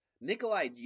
Nikolai